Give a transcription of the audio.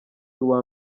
uwa